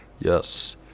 Yes